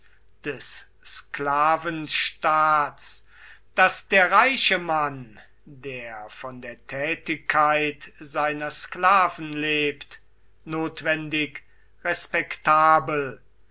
des sklavenstaats daß der reiche mann der von der tätigkeit seiner sklaven lebt notwendig respektabel